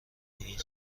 این